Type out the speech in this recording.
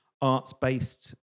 arts-based